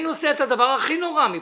אני עושה את הדבר הכי נורא מבחינתי.